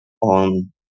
on